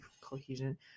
cohesion